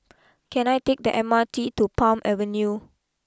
can I take the M R T to Palm Avenue